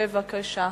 בבקשה.